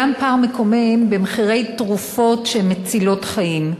יש פער מקומם במחירי תרופות שהן מצילות חיים,